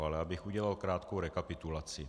Ale abych udělal krátkou rekapitulaci.